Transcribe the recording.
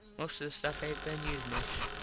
most of the stuff aint been used much.